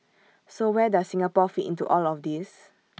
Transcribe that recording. so where does Singapore fit into all this